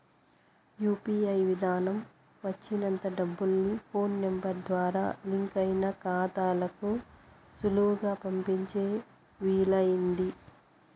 UPI విదానం వచ్చినంత డబ్బుల్ని ఫోన్ నెంబరు ద్వారా లింకయిన కాతాలకు సులువుగా పంపించే వీలయింది